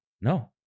No